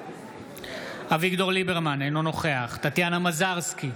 אביגדור ליברמן, אינו נוכח טטיאנה מזרסקי,